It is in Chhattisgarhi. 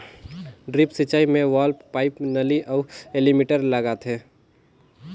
ड्रिप सिंचई मे वाल्व, पाइप, नली अउ एलीमिटर लगाथें